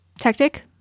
tactic